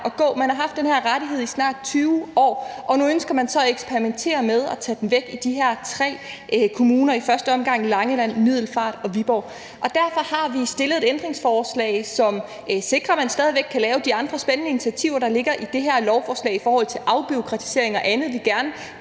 at gå. Borgerne har haft den her rettighed i snart 20 år, og nu ønsker man så at eksperimentere med den ved at tage den væk i de her tre kommuner, i første omgang Langeland, Middelfart og Viborg. Derfor har vi stillet et ændringsforslag, som sikrer, at man stadig væk kan lave de andre spændende initiativer, der ligger i det her lovforslag, i forhold til afbureaukratisering og andet, vi gerne